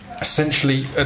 essentially